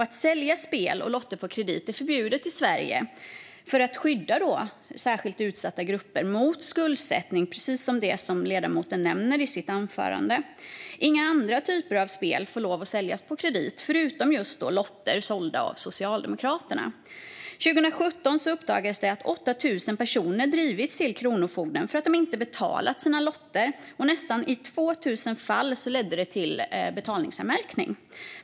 Att sälja spel och lotter på kredit är förbjudet i Sverige för att skydda särskilt utsatta grupper mot skuldsättning, precis som ledamoten nämner i sitt anförande. Inga andra typer av spel får lov att säljas på kredit förutom just lotter sålda av Socialdemokraterna. År 2017 uppdagades det att 8 000 personer drivits till kronofogden för att de inte betalat sina lotter, och i nästan 2 000 fall ledde det till betalningsanmärkning.